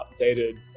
updated